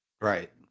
Right